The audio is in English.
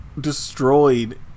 destroyed